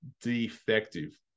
defective